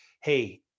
hey